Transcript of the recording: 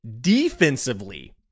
defensively